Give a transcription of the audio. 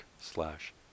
slash